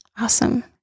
Awesome